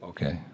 Okay